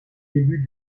début